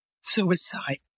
suicide